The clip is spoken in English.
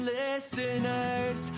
listeners